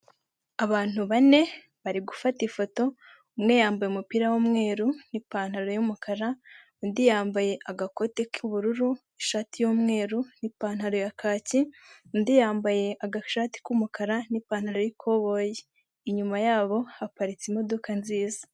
Abantu bane bari gufata ifoto umwe yambaye umupira w'umweru n'ipantaro y'umukara undi yambaye agakote k'ubururu, ishati y'umweru n'ipantaro ya kaki, undi yambaye agashati k'umukara n'ipantaro y'koboyi inyuma yabo haparitse imodoka nziza.